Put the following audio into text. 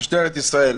משטרת ישראל,